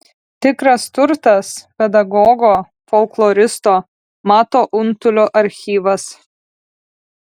tikras turtas pedagogo folkloristo mato untulio archyvas